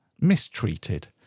mistreated